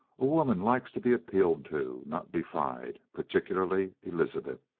a woman likes to be appealed to, not defied. particularly elizabeth.